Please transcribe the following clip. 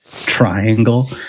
Triangle